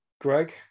greg